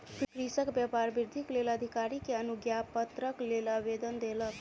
कृषक व्यापार वृद्धिक लेल अधिकारी के अनुज्ञापत्रक लेल आवेदन देलक